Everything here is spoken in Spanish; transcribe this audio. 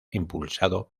impulsado